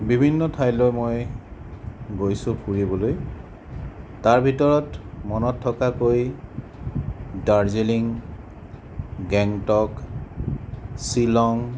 বিভিন্ন ঠাইঅলৈ মই গৈছোঁ ফুৰিবলৈ তাৰ ভিতৰত মনত থকাকৈ দাৰ্জিলিং গেংটক শ্বিলং